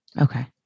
Okay